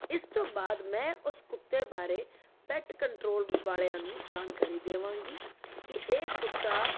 ਇਸ ਤੋਂ ਬਾਅਦ ਮੈਂ ਉਸ ਕੁੱਤੇ ਬਾਰੇ ਪੈੱਟ ਕੰਟਰੋਲ ਵਾਲਿਆਂ ਨੂੰ ਜਾਣਕਾਰੀ ਦੇਵਾਂਗੀ ਕਿ ਇਹ ਕੁੱਤਾ